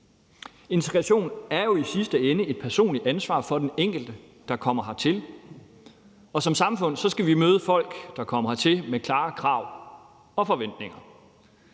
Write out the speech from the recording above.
Integration er jo i sidste ende et personligt ansvar for den enkelte, der kommer hertil, og som samfund skal vi møde folk, der kommer hertil, med klare krav og forventninger.